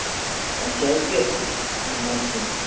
اچھا اس کے اچھا